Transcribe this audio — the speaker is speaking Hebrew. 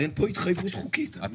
אין פה התחייבות חוקית.